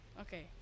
Okay